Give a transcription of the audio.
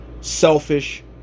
selfish